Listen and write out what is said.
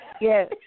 yes